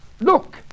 look